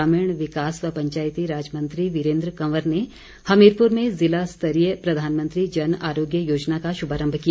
ग्रामीण विकास व पंचायती राज मंत्री वीरेन्द्र कंवर ने हमीरपुर में ज़िलास्तरीय प्रधानमंत्री जन आरोग्य योजना का श्रभारम्भ किया